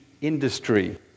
industry